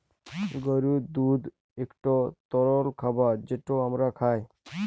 গরুর দুহুদ ইকট তরল খাবার যেট আমরা খাই